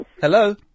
Hello